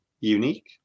unique